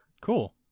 Cool